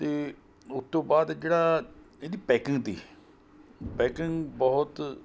ਅਤੇ ਉਹ ਤੋਂ ਬਾਅਦ ਜਿਹੜਾ ਇਹਦੀ ਪੈਕਿੰਗ ਤੀ ਪੈਕਿੰਗ ਬਹੁਤ